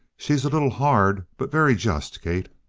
she's a little hard, but very just, kate.